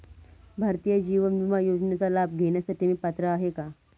भारतीय जीवन विमा योजनेचा लाभ घेण्यासाठी मी पात्र आहे का?